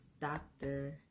doctor